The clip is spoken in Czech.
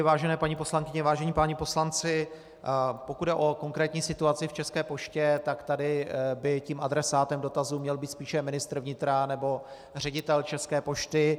Vážené paní poslankyně, vážení páni poslanci, pokud jde o konkrétní situaci v České poště, tak tady by tím adresátem dotazu měl být spíše ministr vnitra nebo ředitel České pošty.